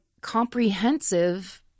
comprehensive